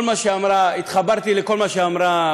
התחברתי לכל מה שאמרה,